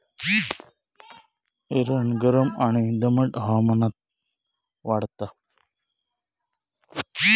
एरंड गरम आणि दमट हवामानात वाढता